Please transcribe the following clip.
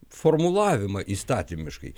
formulavimą įstatymiškai